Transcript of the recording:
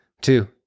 two